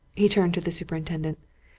he turned to the superintendent.